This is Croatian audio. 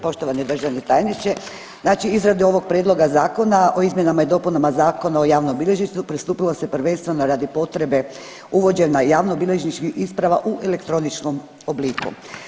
Poštovani državni tajniče, znači izradi ovog prijedloga zakona o izmjenama i dopunama Zakona o javnom bilježništvu pristupilo se prvenstveno radi potrebe uvođenje javno bilježničkih isprava u elektroničnom obliku.